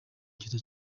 cyiza